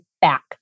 back